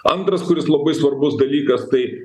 antras kuris labai svarbus dalykas tai